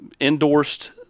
Endorsed